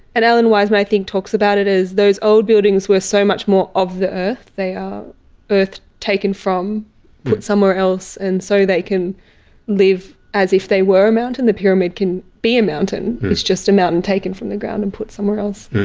and alan weisman i think talks about it as those old buildings were so much more of earth, they are earth taken from and put somewhere else and so they can live as if they were a mountain, the pyramid can be a mountain, it's just a mountain taken from the ground and put somewhere else.